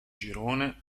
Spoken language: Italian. girone